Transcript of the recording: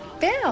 Bill